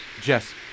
Jess